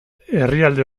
herrialde